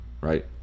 right